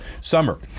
summer